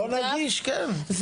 בוא נגיש, כן.